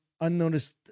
unnoticed